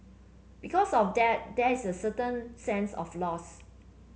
because of that there is a certain sense of loss